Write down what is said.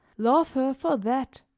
love her for that